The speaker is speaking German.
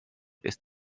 ist